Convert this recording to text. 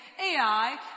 Ai